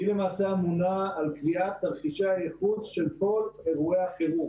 היא למעשה אמונה על קביעת תרחישי הייחוס של כל אירועי החירום.